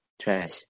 trash